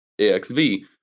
axv